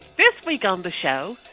this week on the show,